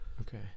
Okay